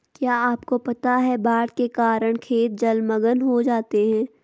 क्या आपको पता है बाढ़ के कारण खेत जलमग्न हो जाते हैं?